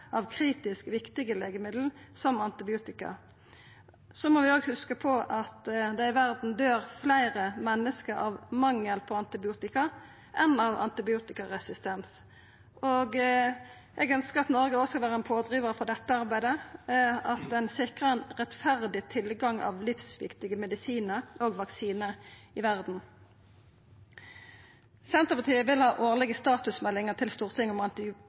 av kritisk viktige legemiddel, som antibiotika. Så må vi òg hugsa på at det i verda døyr fleire menneske av mangel på antibiotika enn av antibiotikaresistens. Eg ønskjer at Noreg òg skal vera ein pådrivar for dette arbeidet, at ein sikrar ein rettferdig tilgang på livsviktige medisinar og vaksinar i verda. Senterpartiet vil ha årlege statusmeldingar til Stortinget om